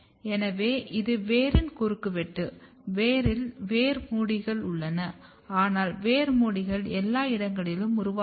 எனவே இது வேரின் குறுக்கு வெட்டு வேரில் வேர் முடிகள் உள்ளன ஆனால் வேர் முடிகள் எல்லா இடங்களிலும் உருவாகாது